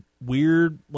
weird